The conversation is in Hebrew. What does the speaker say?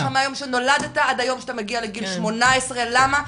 מה קורה איתך מהיום שנולדת עד היום שאתה מגיע לגיל 18. למה?